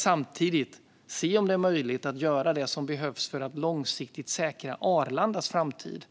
Samtidigt ska vi se om det är möjligt att göra det som behövs för att långsiktigt säkra Arlandas framtid